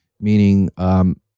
meaning